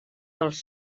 pels